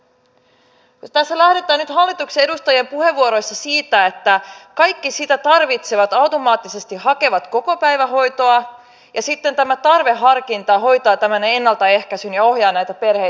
tässä lähdetään nyt hallituksen edustajien puheenvuoroissa siitä että kaikki sitä tarvitsevat automaattisesti hakevat kokopäivähoitoa ja sitten tämä tarveharkinta hoitaa tämän ennaltaehkäisyn ja ohjaa näitä perheitä eteenpäin